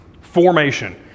Formation